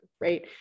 right